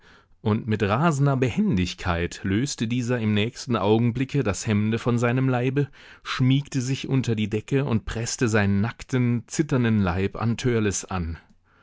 und mit rasender behendigkeit löste dieser im nächsten augenblicke das hemd von seinem leibe schmiegte sich unter die decke und preßte seinen nackten zitternden leib an